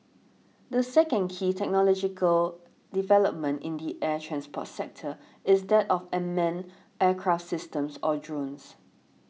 the second key technological development in the air transport sector is that of amend aircraft systems or drones